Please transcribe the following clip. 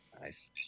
Nice